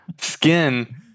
skin